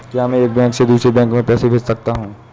क्या मैं एक बैंक से दूसरे बैंक में पैसे भेज सकता हूँ?